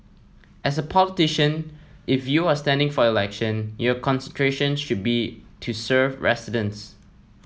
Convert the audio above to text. as a politician if you are standing for election your concentration should be to serve residents